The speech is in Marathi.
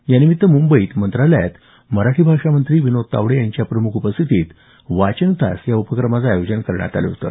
यानिमित्त मुंबईत मंत्रालयात मराठी भाषा मंत्री विनोद तावडे यांच्या प्रमुख उपस्थितीत वाचन तास या उपक्रमाचं आयोजन करण्यात आलं होतं